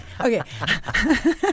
Okay